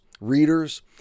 readers